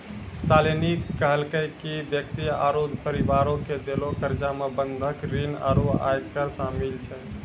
शालिनी कहलकै कि व्यक्ति आरु परिवारो के देलो कर्जा मे बंधक ऋण आरु आयकर शामिल छै